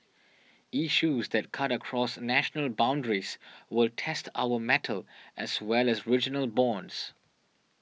issues that cut across national boundaries will test our mettle as well as regional bonds